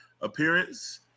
appearance